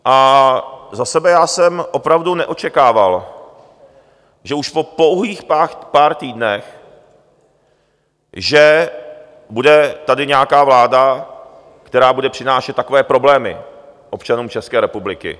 A za sebe, já jsem opravdu neočekával, že už po pouhých pár týdnech tady bude nějaká vláda, která bude přinášet takové problémy občanům České republiky.